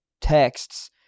texts